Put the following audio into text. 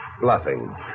Bluffing